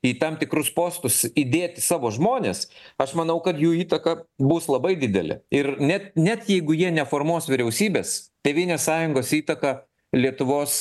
į tam tikrus postus įdėti savo žmones aš manau kad jų įtaka bus labai didelė ir net net jeigu jie neformuos vyriausybės tėvynės sąjungos įtaka lietuvos